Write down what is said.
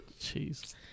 Jeez